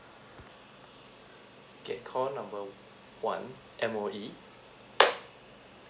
okay call number one M_O_E